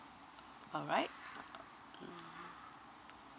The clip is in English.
a~ alright uh uh mm